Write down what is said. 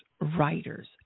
writers